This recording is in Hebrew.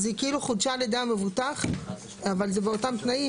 אז היא כאילו חודשה על ידי המבוטח אבל זה באותם תנאים?